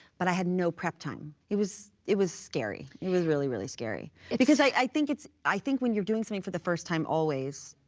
but i had no prep time. it was it was scary. it was really, really scary, because i think it's i think when you're doing something for the first time always,